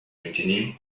continued